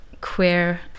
queer